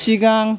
सिगां